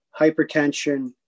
hypertension